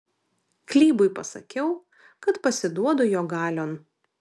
klybui pasakiau kad pasiduodu jo galion